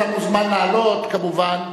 אתה מוזמן לעלות כמובן.